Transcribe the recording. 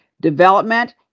development